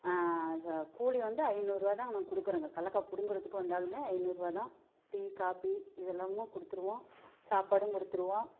கூலி வந்து ஐநூறுரூவா தான் நாங்கள் கொடுக்குறோங்க கல்லக்காய் பிடுங்குறதுக்கு வந்தாலுமே ஐநூறுரூவா தான் டீ காபி இதெல்லாமும் கொடுத்துருவோம் சாப்பாடும் கொடுத்துருவோம்